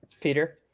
Peter